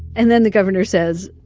and then the governor says,